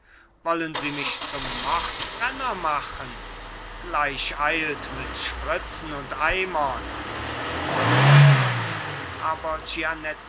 wollen sie mich zum mordbrenner machen gleich eilt mit sprützen und eimern gefolge ab aber